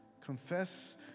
confess